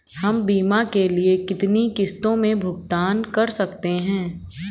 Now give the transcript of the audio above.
हम बीमा के लिए कितनी किश्तों में भुगतान कर सकते हैं?